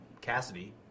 Cassidy